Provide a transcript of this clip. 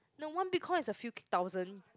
no one Bitcoin is a few K thousand